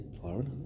Florida